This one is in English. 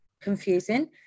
confusing